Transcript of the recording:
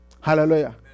Hallelujah